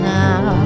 now